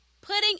Putting